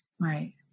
Right